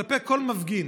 כלפי כל מפגין,